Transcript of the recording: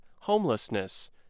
homelessness